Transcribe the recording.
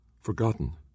forgotten